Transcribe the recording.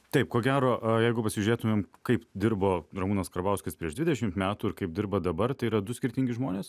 taip ko gero o jeigu pasižiūrėtumėm kaip dirbo ramūnas karbauskis prieš dvidešimt metų ir kaip dirba dabar tai yra du skirtingi žmonės